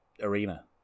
arena